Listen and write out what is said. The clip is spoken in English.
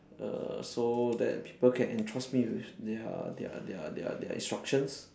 err so that people can entrust me with their their their their their instructions